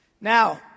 Now